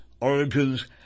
origins